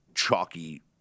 Chalky